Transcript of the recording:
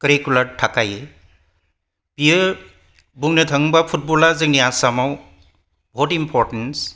curricular थाखायो बियो बुंनो थाङोब्ला जोंनि आसामाव बहुत इम्प'र्टेंट